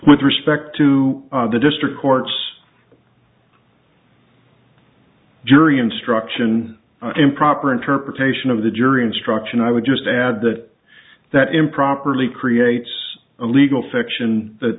with respect to the district courts jury instruction improper interpretation of the jury instruction i would just add that that improperly creates a legal fiction that